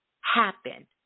happen